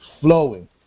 flowing